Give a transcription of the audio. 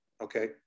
okay